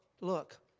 look